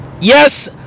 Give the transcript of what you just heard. Yes